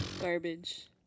Garbage